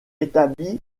établi